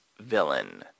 villain